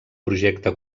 projecte